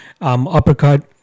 uppercut